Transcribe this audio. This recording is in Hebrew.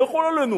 מי יכול עלינו?